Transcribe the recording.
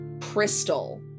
crystal